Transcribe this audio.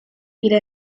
الى